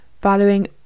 valuing